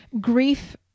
grief